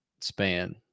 span